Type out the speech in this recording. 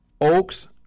Oaks